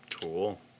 Cool